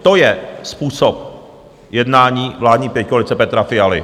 To je způsob jednání vládní pětikoalice Petra Fialy.